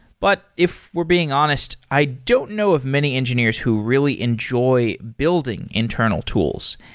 but if we're being honest, i don't know of many engineers who really enjoy building internal tools.